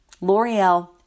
L'Oreal